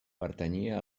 pertanyia